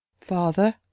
Father